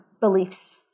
beliefs